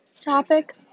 topic